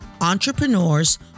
entrepreneurs